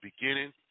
beginning